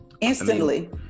Instantly